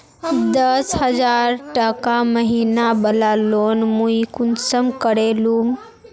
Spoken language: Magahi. दस हजार टका महीना बला लोन मुई कुंसम करे लूम?